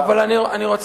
אבל אני רוצה,